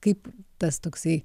kaip tas toksai